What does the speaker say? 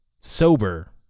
sober